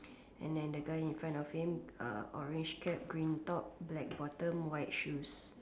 and then the guy in front of him uh orange cap green top black bottom white shoes